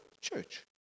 church